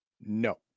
no